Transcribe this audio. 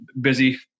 busy